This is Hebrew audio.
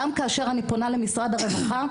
גם כאשר אני פונה למשרד הרווחה,